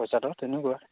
পইচাটো তেনেকুৱা